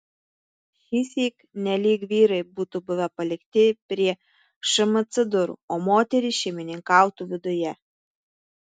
šįsyk nelyg vyrai būtų buvę palikti prie šmc durų o moterys šeimininkautų viduje